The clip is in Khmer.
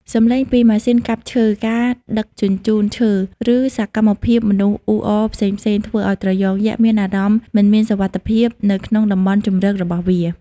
សំឡេងពីម៉ាស៊ីនកាប់ឈើ ការដឹកជញ្ជូនឈើ ឬសកម្មភាពមនុស្សអ៊ូអរផ្សេងៗ ធ្វើឲ្យត្រយងយក្សមានអារម្មណ៍មិនមានសុវត្ថិភាពនៅក្នុងតំបន់ជម្រករបស់វា។